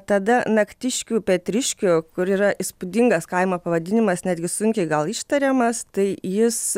tada naktiškių petriškių kur yra įspūdingas kaimo pavadinimas netgi sunkiai gal ištariamas tai jis